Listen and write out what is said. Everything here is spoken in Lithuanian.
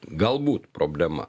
galbūt problema